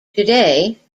today